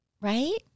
Right